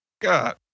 God